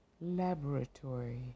Laboratory